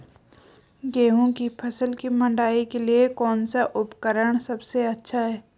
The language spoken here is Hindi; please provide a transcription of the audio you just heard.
गेहूँ की फसल की मड़ाई के लिए कौन सा उपकरण सबसे अच्छा है?